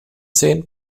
zehn